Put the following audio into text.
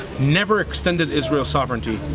never extended isreal soverenity.